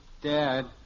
Dad